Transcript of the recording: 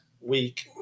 week